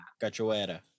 Cachoeira